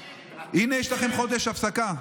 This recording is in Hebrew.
הינה, יש לכם חודש הפסקה.